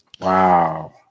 Wow